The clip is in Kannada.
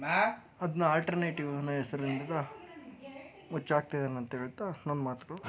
ಅದನ್ನ ಆಲ್ಟ್ರನೇಟಿವ್ ಅನ್ನೋ ಹೆಸರಿನಿಂದ ಮುಚ್ಚಿ ಹಾಕ್ತಿದ್ದಾನೆ ಅಂತ ಹೇಳ್ತಾ ನನ್ನ ಮಾತುಗಳು